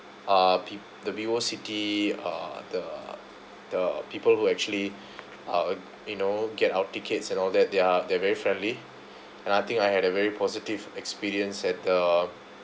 uh peo~ the vivo city uh the the people who actually uh you know get our tickets and all that they're they're very friendly and I think I had a very positive experience at the